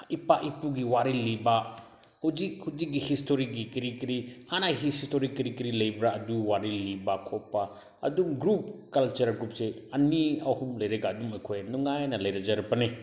ꯏꯄꯥ ꯏꯄꯨꯒꯤ ꯋꯥꯔꯤ ꯂꯤꯕ ꯍꯧꯖꯤꯛ ꯍꯧꯖꯤꯛꯀꯤ ꯍꯤꯁꯇꯣꯔꯤꯒꯤ ꯀꯔꯤ ꯀꯔꯤ ꯍꯥꯟꯅ ꯍꯤꯁꯇꯣꯔꯤꯒꯤ ꯀꯔꯤ ꯀꯔꯤ ꯂꯩꯕ꯭ꯔꯥ ꯑꯗꯨ ꯋꯥꯔꯤ ꯂꯤꯕ ꯈꯣꯠꯄ ꯑꯗꯨꯝ ꯒ꯭ꯔꯨꯞ ꯀꯜꯆꯔꯦꯜ ꯒ꯭ꯔꯨꯞꯁꯦ ꯑꯅꯤ ꯑꯍꯨꯝ ꯂꯩꯔꯒ ꯑꯗꯨꯝ ꯑꯩꯈꯣꯏ ꯅꯨꯡꯉꯥꯏꯅ ꯂꯩꯔꯖꯔꯛꯄꯅꯦ